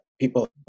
people